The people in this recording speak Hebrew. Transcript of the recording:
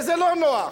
וזה לא נוח,